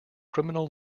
criminal